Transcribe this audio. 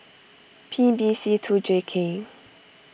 P B C two J K